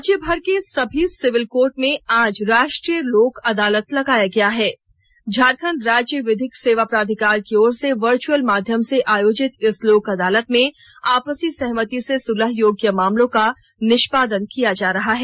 राज्यभर के सभी सिविल कोर्ट में आज राष्ट्रीय लोक अदालत लगाया गया है झारखंड राज्य विधिक सेवा प्राधिकार की ओर से वर्चअल माध्यम से आयोजित इस लोक अदालत में आपसी सहमति से सुलह योग्य मामलों का निष्पादन किया जा रहा है